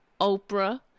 Oprah